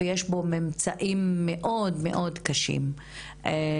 ויש בו ממצאים מאוד מאוד קשים.